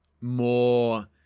more